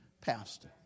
pastor